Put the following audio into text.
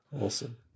Awesome